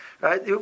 Right